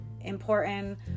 important